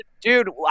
dude